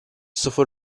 sıfır